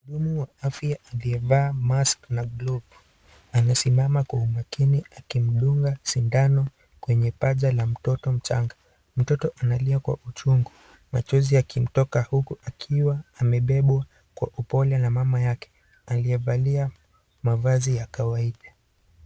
Mhudumu wa afya aliyevaa mask na glovu anasimama kwa umakini akimdunga sindano kwenye paja la mtoto mchanga. Mtoto analia kwa uchungu machozi yakimtoka huku akiwa amebebwa kwa upole na mama yake aliyevalia mavazi ya kawaida.